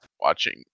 watching